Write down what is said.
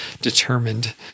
determined